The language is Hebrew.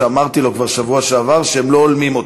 אמרתי לו כבר בשבוע שעבר שהם לא הולמים אותו,